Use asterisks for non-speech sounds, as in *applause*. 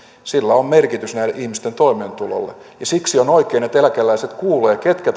on merkitys näiden ihmisten toimeentulolle ja siksi on oikein että eläkeläiset kuulevat ketkä *unintelligible*